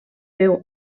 veu